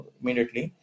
immediately